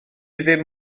ddim